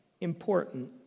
important